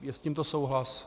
Je s tímto souhlas?